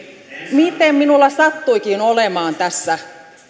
miten minulla sattuikin olemaan tässä